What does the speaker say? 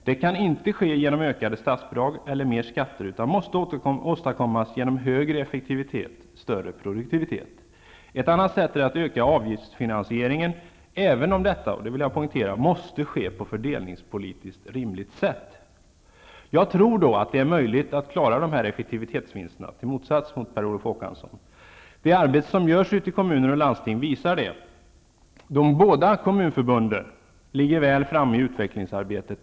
Det kan inte ske genom ökade statsbidrag eller mer skatter, utan måste åstadkommas genom högre effektivitet och större produktivitet. Ett annat sätt är att öka avgiftsfinansieringen, även om detta -- och det vill jag poängtera -- måste ske på ett fördelningspolitiskt rimligt sätt. Jag tror i motsats till Per Olof Håkansson att det är möjligt att göra klara effektivitetsvinster. Det arbete som görs ute i kommuner och landsting visar det. De båda kommunförbunden ligger väl framme i utvecklingsarbetet.